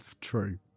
True